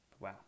Wow